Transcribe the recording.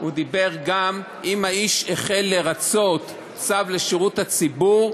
הוא דיבר גם במקרה שהאיש החל לרצות צו לשירות הציבור,